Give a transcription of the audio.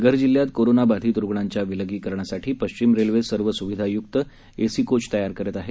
पालघर जिल्ह्यात कोरोना बाधित रुग्णांच्या विलगीकरणासाठी पश्चिम रेल्वे सर्व स्विधा य्क्त एसी कोच तयार करत आहे